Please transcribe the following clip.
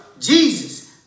Jesus